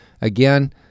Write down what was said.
again